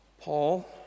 Paul